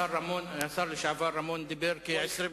השר לשעבר רמון דיבר כ-29